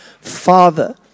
Father